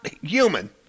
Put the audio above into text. human